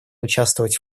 участвовать